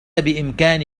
بإمكان